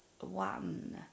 one